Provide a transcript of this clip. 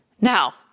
Now